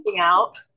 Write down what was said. out